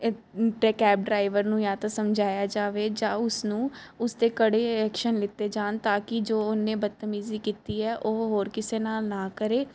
ਤੇ ਡਰਾਈਵਰ ਨੂੰ ਜਾਂ ਤਾਂ ਸਮਝਾਇਆ ਜਾਵੇ ਜਾਂ ਉਸਨੂੰ ਉਸਤੇ ਕੜੇ ਐਕਸ਼ਨ ਲਿੱਤੇ ਜਾਣ ਤਾਂ ਕੀ ਜੋ ਉਨੇ ਬਦਤਮੀਜ਼ੀ ਕੀਤੀ ਐ ਉਹ ਹੋਰ ਕਿਸੇ ਨਾਲ ਨਾ ਕਰੇ